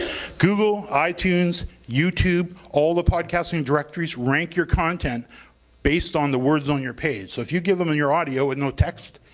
google, itunes, youtube, all the podcasting directories rank your content based on the words on your page so if you give em in your audio with no text,